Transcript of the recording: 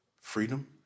freedom